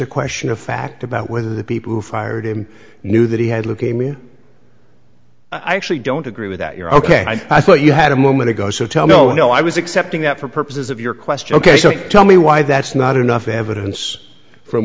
a question of fact about whether the people who fired him knew that he had leukemia i actually don't agree with that you're ok i thought you had a moment ago so tell me oh no i was accepting that for purposes of your question ok so tell me why that's not enough evidence from